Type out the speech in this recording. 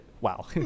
Wow